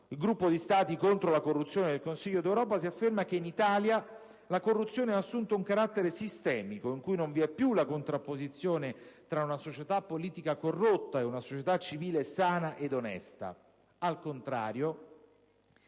(Gruppo di Stati contro la corruzione del Consiglio d'Europa) si afferma che in Italia la corruzione ha assunto un carattere sistemico, in cui non vi è più la contrapposizione tra una società politica corrotta e una società civile sana ed onesta: al contrario,